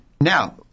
Now